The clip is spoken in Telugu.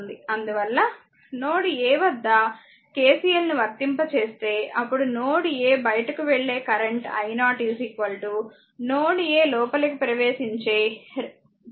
అందువల్లనోడ్ a వద్ద KCL ను వర్తింపజేస్తే అప్పుడు నోడ్ a బయటకు వెళ్లే కరెంట్ i0 నోడ్ a లోపలకి ప్రవేశించే 2 కరెంట్ అవుతుంది